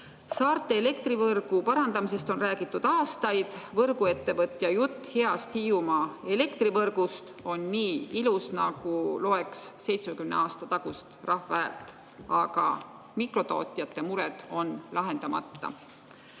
Saarte elektrivõrgu parandamisest on räägitud aastaid. Võrguettevõtja jutt heast Hiiumaa elektrivõrgust on nii ilus, nagu loeks 70 aasta tagust Rahva Häält, aga mikrotootjate mured on lahendamata.